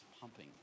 pumping